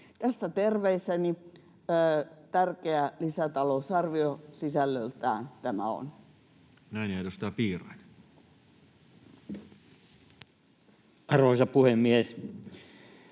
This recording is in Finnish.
Tässä terveiseni. Tärkeä lisätalousarvio sisällöltään tämä on. Näin. — Ja edustaja Piirainen. Arvoisa puhemies!